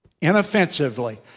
Inoffensively